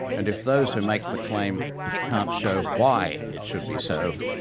and if those who make the claim can't show why it should be so,